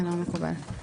מקובל.